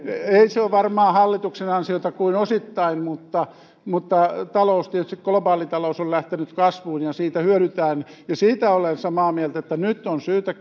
se ole varmaan hallituksen ansiota kuin osittain mutta mutta tietysti globaali talous on lähtenyt kasvuun ja siitä hyödytään siitä olen samaa mieltä että nyt on syytä